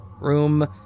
Room